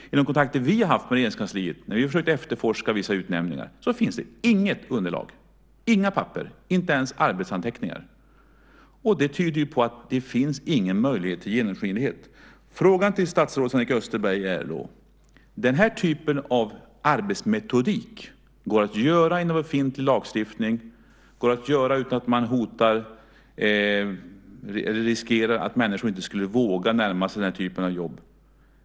Enligt de kontakter vi har haft med Regeringskansliet, när vi har försökt efterforska vissa utnämningar, finns det inget underlag, inga papper, inte ens arbetsanteckningar. Det tyder ju på att det inte finns någon möjlighet till genomskinlighet. Då har jag en fråga till statsrådet Sven-Erik Österberg. Den här typen av arbetsmetodik går att ha inom befintlig lagstiftning, går att ha utan att man riskerar att människor inte skulle våga närma sig denna typ av jobb.